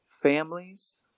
families